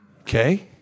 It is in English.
Okay